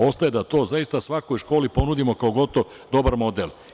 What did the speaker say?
Ostaje da to zaista svakoj školi ponudimo kao gotov, dobar model.